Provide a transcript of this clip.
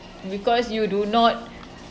because you do not